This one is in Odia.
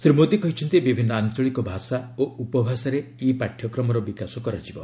ଶ୍ରୀ ମୋଦୀ କହିଛନ୍ତି ବିଭିନ୍ନ ଆଞ୍ଚଳିକ ଭାଷା ଓ ଉପଭାଷାରେ ଇ ପାଠ୍ୟକ୍ମର ବିକାଶ କରାଯିବ